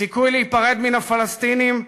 סיכוי להיפרד מן הפלסטינים,